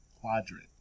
Quadrant